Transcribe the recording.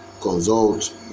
consult